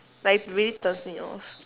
like it really turns me off